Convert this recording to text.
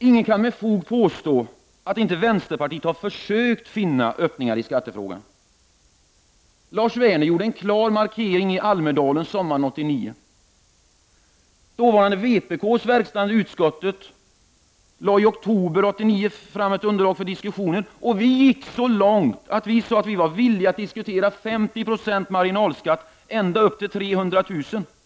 Ingen kan med fog påstå att vänsterpartiet inte försökt finna öppningar i skattefrågan. Lars Werner gjorde en klar markering i Almedalen sommaren 1989. Vpk-s verkställande utskott lade i oktober 1989 fram ett underlag för diskussioner. Vi gick så långt att vi sade att vi var villiga att diskutera en 50-procentig marginalskatt för dem som tjänade ända upp till 300 000 kr. om året.